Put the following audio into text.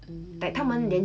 mm